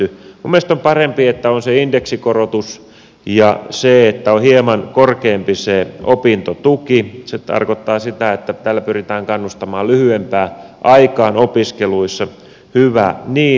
minun mielestäni on parempi että on se indeksikorotus ja se että on hieman korkeampi se opintotuki tarkoittaa sitä että tällä pyritään kannustamaan lyhyempään aikaan opiskeluissa hyvä niin